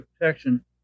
protection